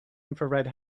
infrared